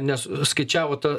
nes skaičiavo ten